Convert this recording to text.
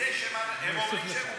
אני אתן לך את הזמן.